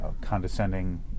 condescending